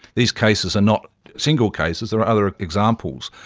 these cases are not single cases, there are other examples.